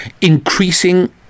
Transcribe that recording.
increasing